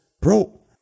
Bro